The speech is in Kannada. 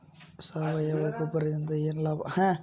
ಸಾವಯವ ಗೊಬ್ಬರದಿಂದ ಏನ್ ಲಾಭ?